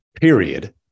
period